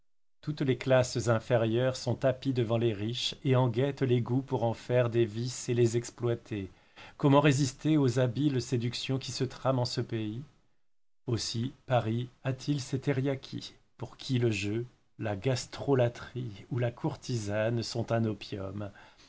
toutes les classes inférieures sont tapies devant les riches et en guettent les goûts pour en faire des vices et les exploiter comment résister aux habiles séductions qui se trament en ce pays aussi paris a-t-il ses thériakis pour qui le jeu la gastrolâtrie ou la courtisane sont un